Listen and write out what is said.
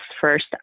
first